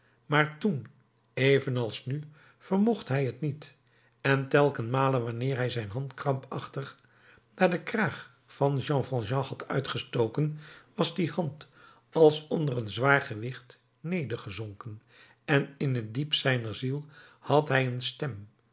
maar toen evenals nu vermocht hij het niet en telkenmale wanneer hij zijn hand krampachtig naar den kraag van jean valjean had uitgestoken was die hand als onder een zwaar gewicht nedergezonken en in t diepst zijner ziel had hij een stem